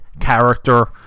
character